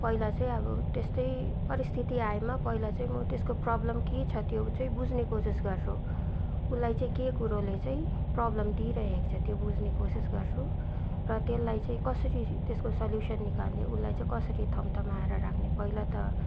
पहिला चाहिँ अब त्यस्तै परिस्थिति आएमा पहिला चाहिँ म त्यसको प्रबलम के छ त्यो चाहिँ बुझ्ने कोसिस गर्छु उसलाई चाहिँ के कुरोले चाहिँ प्रबलम दिइरहेको छ त्यो बुझ्ने कोसिस गर्छु र त्यसलाई चाहिँ कसरी त्यसको सल्युसन निकाल्ने उसलाई चाहिँ कसरी थम्थम्याएर राख्ने